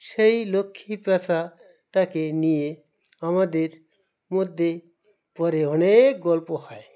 সেই লক্ষ্মী প্যাঁচাটাকে নিয়ে আমাদের মধ্যে পরে অনেক গল্প হয়